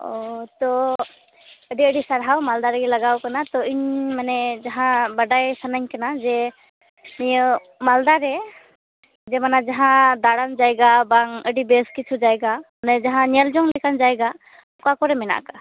ᱚ ᱛᱚ ᱟᱹᱰᱤ ᱟᱹᱰᱤ ᱥᱟᱨᱦᱟᱣ ᱢᱟᱞᱫᱟ ᱨᱮᱜᱮ ᱞᱟᱜᱟᱣ ᱟᱠᱟᱱᱟ ᱛᱚ ᱤᱧ ᱢᱟᱱᱮ ᱡᱟᱦᱟᱸ ᱵᱟᱰᱟᱭ ᱥᱟᱱᱟᱹᱧ ᱠᱟᱱᱟ ᱡᱮ ᱱᱤᱭᱟᱹ ᱢᱟᱞᱫᱟ ᱨᱮ ᱡᱮ ᱢᱟᱱᱮ ᱡᱟᱦᱟᱸ ᱫᱟᱲᱟᱱ ᱡᱟᱭᱜᱟ ᱵᱟᱝ ᱟᱹᱰᱤ ᱵᱮᱥ ᱠᱤᱪᱷᱩ ᱡᱟᱭᱜᱟ ᱚᱱᱮ ᱡᱟᱦᱟᱸ ᱧᱮᱞᱡᱚᱝ ᱞᱮᱠᱟᱱ ᱡᱟᱭᱜᱟ ᱚᱠᱟ ᱠᱚᱨᱮ ᱢᱮᱱᱟᱜ ᱟᱠᱟᱫᱼᱟ